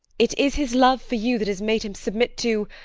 it is his love for you that has made him submit to